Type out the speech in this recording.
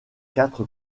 quatre